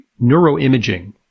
neuroimaging